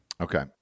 Okay